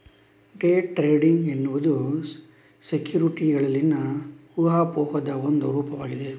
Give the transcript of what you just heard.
day trading ಎನ್ನುವುದು ಸೆಕ್ಯುರಿಟಿಗಳಲ್ಲಿನ ಊಹಾಪೋಹದ ಒಂದು ರೂಪವಾಗಿದೆ